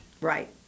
Right